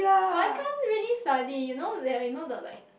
but I can't really study you know that you know the like